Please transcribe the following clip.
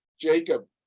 Jacob